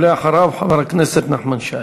3131,